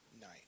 night